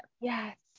Yes